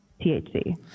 THC